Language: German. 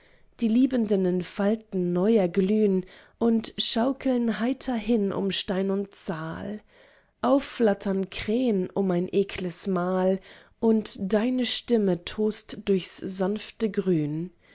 die liebenden in faltern neu erglühn und schaukeln heiter hin um stein und zahl aufflattern krähen um ein ekles mahl und deine stirne tost durchs sanfte grün